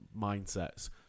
mindsets